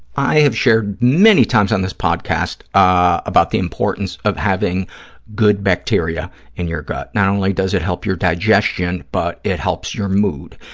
i have shared many times on this podcast about the importance of having good bacteria in your gut. not only does it help your digestion, but it helps your mood.